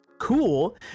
cool